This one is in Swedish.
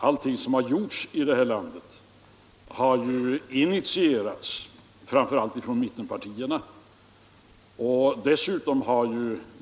Allting som har gjorts i det här landet har initierats av oppositionen, framför allt av mittenpartierna.